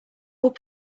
would